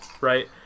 right